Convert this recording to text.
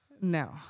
No